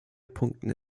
punkten